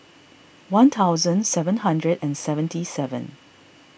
one thousand seven hundred and seventy seven